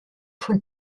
von